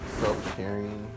self-caring